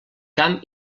camp